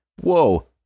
whoa